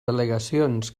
al·legacions